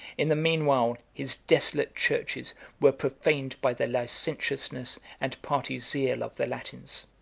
in the mean while, his desolate churches were profaned by the licentiousness and party zeal of the latins.